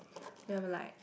then they'll be like